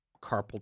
carpal